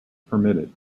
permitted